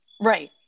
Right